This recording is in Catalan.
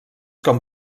com